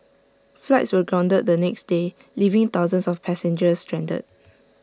flights were grounded the next day leaving thousands of passengers stranded